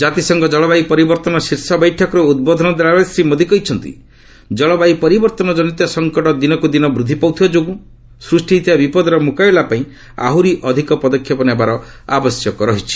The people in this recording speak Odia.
ଜାତିସଂଘ ଜଳବାୟୁ ପରିବର୍ତ୍ତନ ଶୀର୍ଷ ବୈଠକରେ ଉଦ୍ବୋଧନ ଦେଲାବେଳେ ଶ୍ରୀ ମୋଦୀ କହିଛନ୍ତି ଜଳବାୟୁ ପରିବର୍ତ୍ତନ ଜନିତ ସଂକଟ ଦିନକୁ ଦିନ ବୃଦ୍ଧି ପାଉଥିବା ଯୋଗୁଁ ସୃଷ୍ଟି ହୋଇଥିବା ବିପଦର ମୁକାବିଲା ପାଇଁ ଆହୁରି ଅଧିକ ପଦକ୍ଷେପ ନେବାର ଆବଶ୍ୟକ ରହିଛି